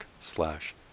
slash